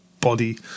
body